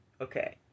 Okay